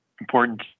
important